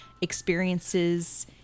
experiences